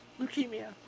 leukemia